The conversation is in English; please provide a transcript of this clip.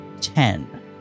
Ten